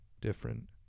different